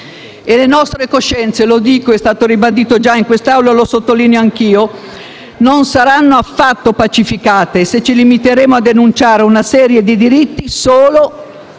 e le nostre coscienze - lo dico, è stato ribadito già in quest'Aula e lo sottolineo anch'io - non saranno affatto pacificate, se ci limiteremo a denunciare una serie di diritti solo